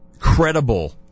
credible